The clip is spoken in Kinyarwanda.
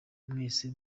mwese